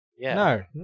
No